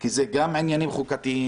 כי זה גם עניינים חוקתיים,